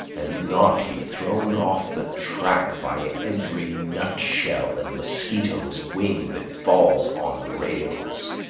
and not be thrown off the track by every nutshell and mosquito's wing that falls on the rails.